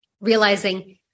realizing